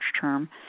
term